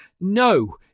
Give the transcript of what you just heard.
No